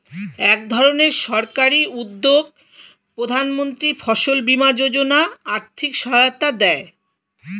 একধরনের সরকারি উদ্যোগ প্রধানমন্ত্রী ফসল বীমা যোজনা আর্থিক সহায়তা দেয়